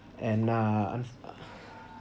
and uh